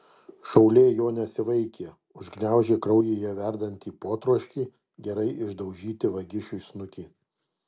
šaulė jo nesivaikė užgniaužė kraujyje verdantį potroškį gerai išdaužyti vagišiui snukį